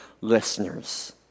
listeners